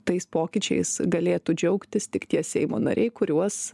tais pokyčiais galėtų džiaugtis tik tie seimo nariai kuriuos